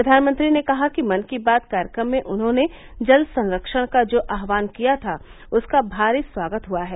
प्रधानमंत्री ने कहा कि मन की बात कार्यक्रम में उन्होंने जल संरक्षण का जो आह्वान किया था उसका भारी स्वागत हुआ है